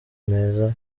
meza